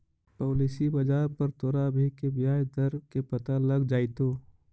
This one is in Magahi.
पॉलिसी बाजार पर तोरा अभी के ब्याज दर के पता लग जाइतो